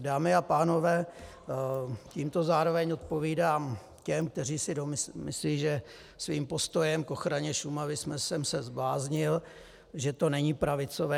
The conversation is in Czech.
Dámy a pánové, tímto zároveň odpovídám těm, kteří si myslí, že svým postojem k ochraně Šumavy jsem se zbláznil, že to není pravicové.